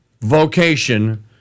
vocation